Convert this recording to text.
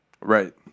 Right